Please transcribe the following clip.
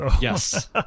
Yes